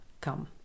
come